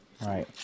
right